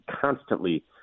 constantly